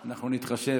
אנחנו נתחשב.